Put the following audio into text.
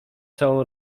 całą